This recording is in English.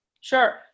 Sure